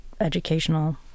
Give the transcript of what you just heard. educational